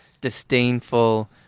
disdainful